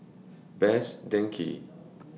Best Denki